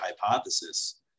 hypothesis